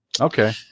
okay